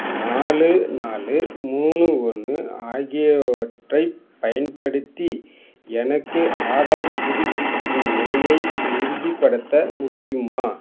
நாலு நாலு மூணு ஒன்று ஆகியவற்றைப் பயன்படுத்தி எனக்கு ஆதார் புதுப்பிப்பின் நிலையை உறுதிப்படுத்த முடியுமா